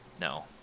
No